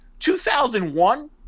2001